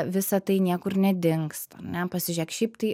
visa tai niekur nedingsta ar ne pasižiūrėk šiaip tai